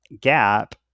gap